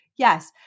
Yes